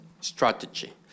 strategy